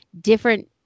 different